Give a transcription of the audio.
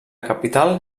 capital